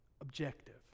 objective